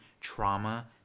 trauma